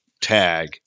tag